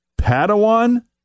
Padawan